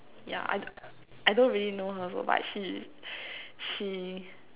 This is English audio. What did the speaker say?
yeah I d~ I don't really know her so but she she